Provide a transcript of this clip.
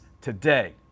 today